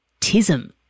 Tism